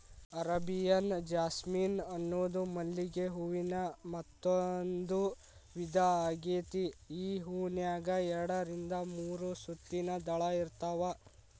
Arabian jasmine ಅನ್ನೋದು ಮಲ್ಲಿಗೆ ಹೂವಿನ ಮತ್ತಂದೂ ವಿಧಾ ಆಗೇತಿ, ಈ ಹೂನ್ಯಾಗ ಎರಡರಿಂದ ಮೂರು ಸುತ್ತಿನ ದಳ ಇರ್ತಾವ